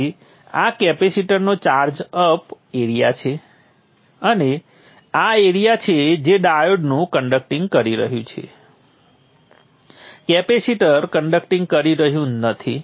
તેથી આ કેપેસિટરનો ચાર્જ અપ એરિઆ છે અને આ એરિઆ છે જે ડાયોડ્સનું કન્ડકટિંગ કરી રહ્યું છે કેપેસિટર કન્ડકટિંગ કરી રહ્યું નથી